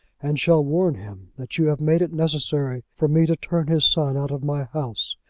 and shall warn him that you have made it necessary for me to turn his son out of my house.